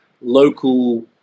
local